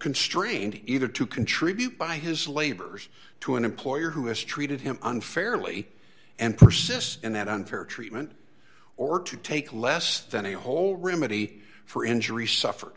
constrained either to contribute by his labors to an employer who has treated him unfairly and persists in that unfair treatment or to take less than a whole remedy for injury suffer